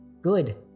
good